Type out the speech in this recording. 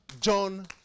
John